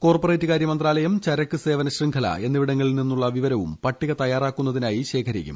കോർപ്പറേറ്റ്കാര്യ മന്ത്രാലയം ചരക്ക് സേവന ശൃംഖല എന്നിവിടങ്ങളിൽ നിന്നുള്ള വിവരവും പട്ടിക തയ്യാറാക്കുന്നതിനായി ശേഖരിയ്ക്കും